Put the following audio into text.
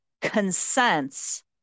consents